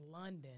London